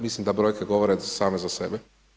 Mislim da brojke govore same za sebe.